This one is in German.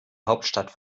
hauptstadt